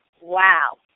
Wow